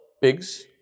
pigs